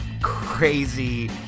crazy